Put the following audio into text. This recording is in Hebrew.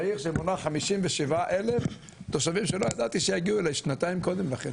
לעיר שמונה 57 אלף תושבים שלא ידעתי שיגיעו אליי שנתיים קודם לכן,